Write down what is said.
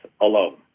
alone